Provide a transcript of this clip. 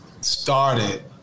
started